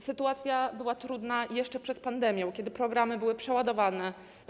Sytuacja była trudna jeszcze przed pandemią, kiedy programy były przeładowane.